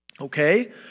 Okay